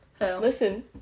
Listen